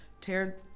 tear